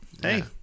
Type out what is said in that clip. hey